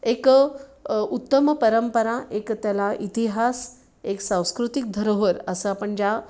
एक उत्तम परंपरा एक त्याला इतिहास एक सांस्कृतिक धरोहर असं आपण ज्या